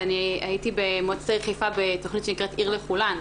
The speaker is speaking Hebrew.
שהייתי במועצת העיר חיפה בתכנית שנקראת 'עיר לכולן'